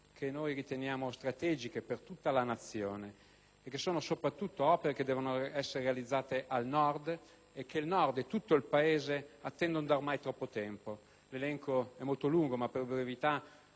che riteniamo strategiche per tutta la Nazione, opere che soprattutto devono essere realizzate al Nord e che il Nord e tutto il Paese attendono ormai da troppo tempo. L'elenco è molto lungo, per brevità